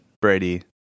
Brady